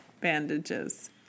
bandages